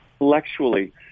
intellectually